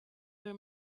her